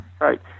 Right